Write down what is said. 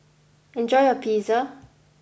enjoy your Pizza